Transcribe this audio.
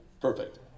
Perfect